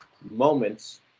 moments